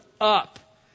up